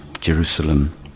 Jerusalem